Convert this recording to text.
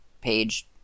page